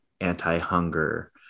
anti-hunger